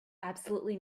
absolutely